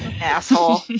Asshole